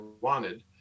wanted